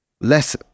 less